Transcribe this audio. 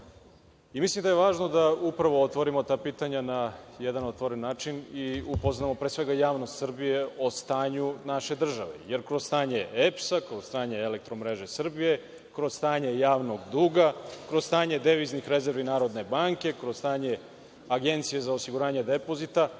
Mislim da je važno da upravo otvorimo ta pitanja na jedan otvoren način i upoznamo javnost Srbije o stanju naše države. Kroz stanje EPS-a, kroz stanje „Elektromreže Srbije“, kroz stanje javnog duga, kroz stanje deviznih rezervi Narodne banke, kroz stanje Agencije za osiguranje depozita